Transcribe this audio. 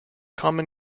common